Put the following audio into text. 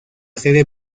sede